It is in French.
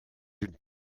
une